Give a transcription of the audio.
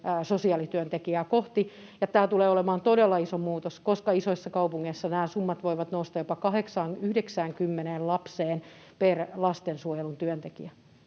sosiaalityöntekijää kohti, ja tämä tulee olemaan todella iso muutos, koska isoissa kaupungeissa nämä summat voivat nousta jopa 80—90 lapseen per lastensuojelun työntekijä.